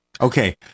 Okay